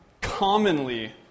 commonly